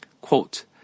Quote